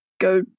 go